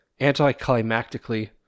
anticlimactically